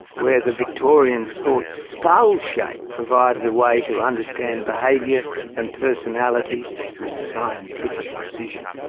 where the victorians thought skull shape provided a way to understand behavior and personality with scientific precision?